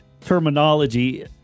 terminology